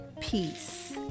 peace